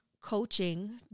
coaching